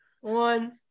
one